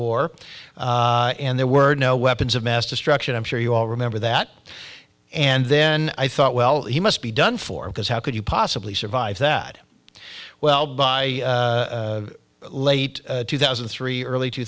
war and there were no weapons of mass destruction i'm sure you all remember that and then i thought well he must be done for because how could you possibly survive that well by late two thousand and three early two